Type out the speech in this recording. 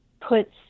puts